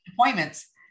appointments